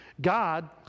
God